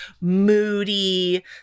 moody